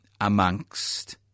amongst